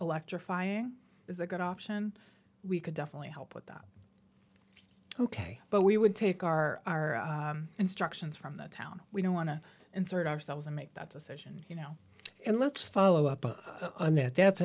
electrifying is a good option we could definitely help with that ok but we would take our instructions from the town we don't want to insert ourselves and make that decision you know and let's follow up on that that's